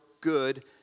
good